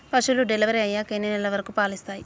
పశువులు డెలివరీ అయ్యాక ఎన్ని నెలల వరకు పాలు ఇస్తాయి?